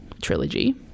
trilogy